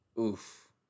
Oof